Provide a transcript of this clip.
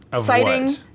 citing